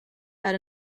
had